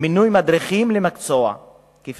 2. מינוי מדריכים למקצוע,